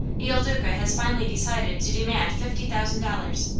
il duca has finally decided to demand fifty thousand dollars.